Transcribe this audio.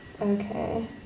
Okay